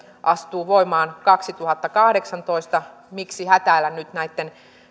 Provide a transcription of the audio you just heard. astuu voimaan kaksituhattakahdeksantoista miksi hätäillä nyt näitten